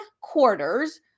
quarters